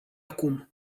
acum